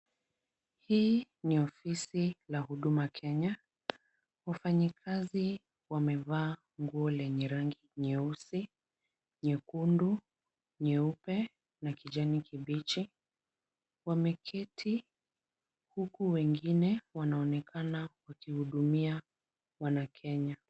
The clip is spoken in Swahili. Hii ni ofisi la Huduma Kenya wafanyikazi wamevaa nguo lenye rangi nyeusi, nyekundu, nyeupe na kijani kibichi, wameketi huku wengine wanaonekana wakihudumia wanakenya.